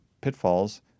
pitfalls